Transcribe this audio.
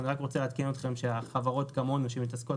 אני רוצה לעדכן אתכם שחברות כמונו שמתעסקות